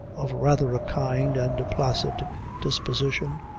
of rather a kind and placid disposition,